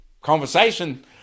conversation